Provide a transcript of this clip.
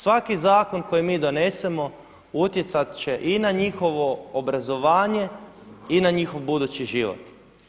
Svaki zakon koji mi donesemo utjecat će i na njihovo obrazovanje i na njihov budući život.